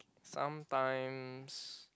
sometimes